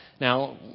Now